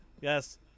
Yes